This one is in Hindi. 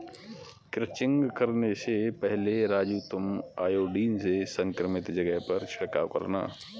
क्रचिंग करने से पहले राजू तुम आयोडीन से संक्रमित जगह पर छिड़काव करना